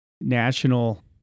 National